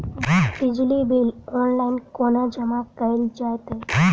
बिजली bill online कोना जमा कएल जाइत अछि?